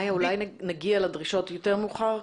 מאיה, אולי נגיע לדרישות יותר מאוחר.